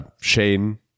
Shane